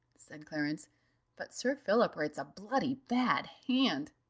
said clarence but sir philip writes a bloody bad hand.